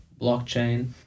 Blockchain